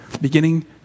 Beginning